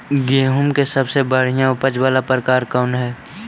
गेंहूम के सबसे बढ़िया उपज वाला प्रकार कौन हई?